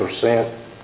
percent